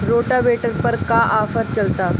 Rotavator पर का offer चलता?